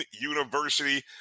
University